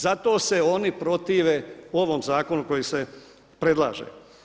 Zato se oni protive ovom zakonu koji se predlaže.